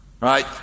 right